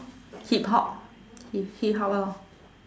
hip hop if hip hop lor